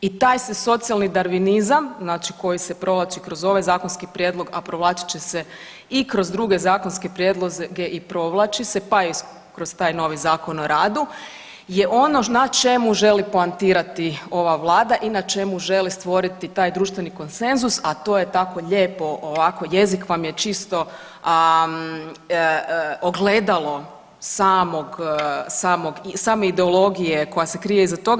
I taj se socijalni darvinizam znači se provlači kroz ovaj zakonski prijedlog, a provlačit će se i kroz druge zakonske prijedloge i provlači se pa i kroz taj novi Zakon o radu je ono na čemu želi poantirati ova vlada i na čemu želi stvoriti taj društveni konsenzus, a to je tako lijepo ovako jezik vam je čisto ogledalo samog, samog, same ideologije koja se krije iza toga.